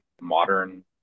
modern